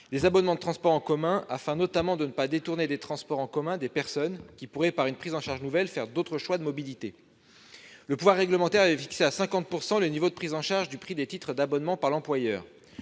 des abonnements de transports en commun. En effet, il faut éviter de détourner des transports de personnes les salariés qui pourraient, par une prise en charge nouvelle, faire d'autres choix de mobilité. Le pouvoir réglementaire avait fixé à 50 % le niveau de prise en charge du prix des titres d'abonnement par l'employeur.